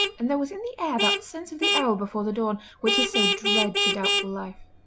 and there was in the air that sense of the hour before the dawn, which is so dread to doubtful life.